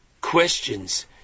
questions